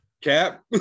Cap